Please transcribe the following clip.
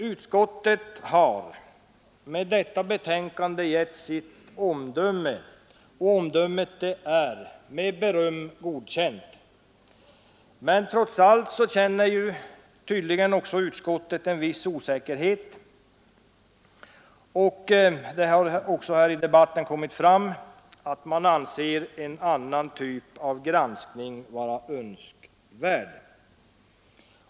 Utskottet har med detta betänkande avgivit sitt omdöme, och detta omdöme är ”Med beröm godkänt”. Trots allt känner utskottet tydligen en viss osäkerhet, och det har i debatten också framkommit att man anser en annan typ av granskning vara önskvärd.